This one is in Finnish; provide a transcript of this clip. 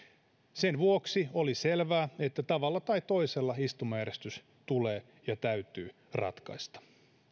sen vuoksi oli selvää että tavalla tai toisella istumajärjestys tulee ja täytyy ratkaista